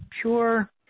pure